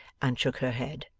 and shook her head.